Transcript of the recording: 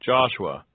Joshua